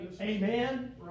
Amen